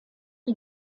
die